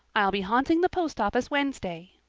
i'll be haunting the post office wednesday,